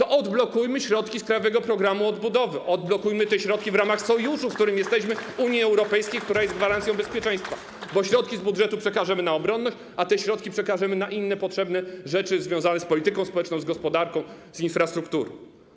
Odblokujmy środki z Krajowego Programu Odbudowy, odbudujmy te środki w ramach sojuszu, w którym jesteśmy, w Unii Europejskiej, która jest gwarancją bezpieczeństwa, bo środki z budżetu przekażemy na obronność, a te środki przekażemy na inne potrzebne rzeczy związane z polityką społeczną, z gospodarką, z infrastrukturą.